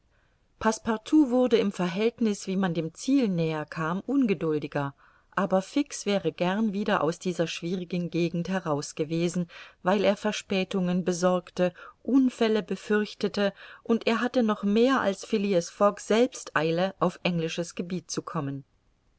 passepartout wurde im verhältniß wie man dem ziel näher kam ungeduldiger aber fix wäre gern wieder aus dieser schwierigen gegend heraus gewesen weil er verspätungen besorgte unfälle befürchtete und er hatte noch mehr als phileas fogg selbst eile auf englisches gebiet zu kommen